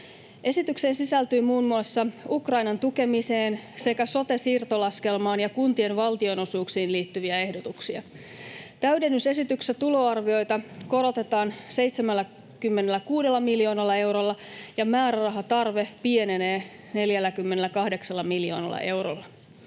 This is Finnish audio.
Esitykseen sisältyy muun muassa Ukrainan tukemiseen sekä sote-siirtolaskelmaan ja kuntien valtionosuuksiin liittyviä ehdotuksia. Täydennysesityksessä tuloarvioita korotetaan 76 miljoonalla eurolla ja määrärahatarve pienenee 48 miljoonalla eurolla.